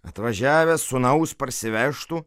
atvažiavęs sūnaus parsivežtų